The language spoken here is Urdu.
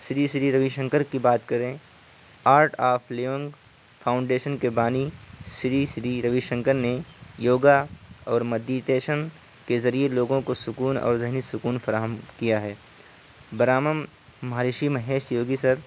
سری سری روی شنکر کی بات کریں آرٹ آف لیونگ فاؤنڈیشن کے بانی سری سری روی شنکر نے یوگا اور میڈیٹیشن کے ذریعے لوگوں کو سکون اور ذہنی سکون فراہم کیا ہے برامم مہارشی مہیش یوگی سر